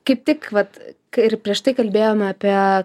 kaip tik vat kai ir prieš tai kalbėjom apie